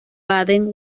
baden